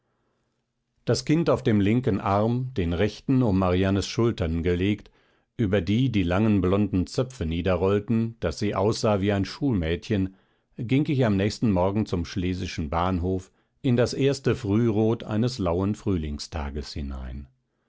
das kind auf dem linken arm den rechten um mariannes schultern gelegt über die die langen blonden zöpfe niederrollten daß sie aussah wie ein schulmädchen ging ich am nächsten morgen zum schlesischen bahnhof in das erste frührot eines lauen frühlingstages hinein